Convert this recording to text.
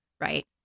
right